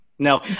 No